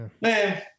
man